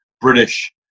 British